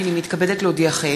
הנני מתכבדת להודיעכם,